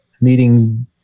meeting